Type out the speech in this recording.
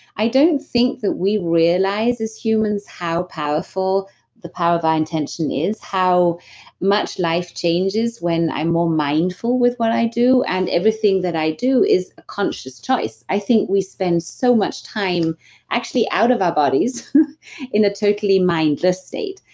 i don't think that we realize as humans how powerful the power of our intention is, how much life changes when i'm more mindful with what i do and everything that i do is a conscious choice i think we spend so much time actually out of our bodies in a totally mindless state,